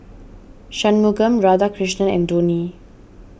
Shunmugam Radhakrishnan and Dhoni